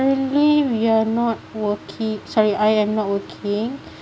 currently we're not workin~ sorry I am not working